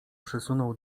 przysunął